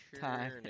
time